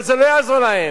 אבל זה לא יעזור להם.